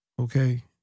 okay